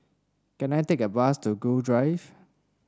can I take a bus to Gul Drive